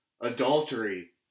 Adultery